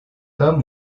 pas